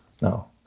No